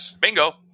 bingo